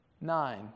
nine